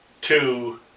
two